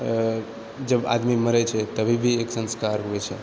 जब आदमी मरैत छै तभी भी एक संस्कार होइत छै